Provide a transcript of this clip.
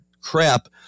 crap